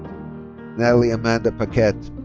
natalie amanda paquette.